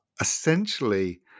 essentially